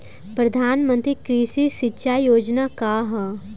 प्रधानमंत्री कृषि सिंचाई योजना का ह?